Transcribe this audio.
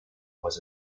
was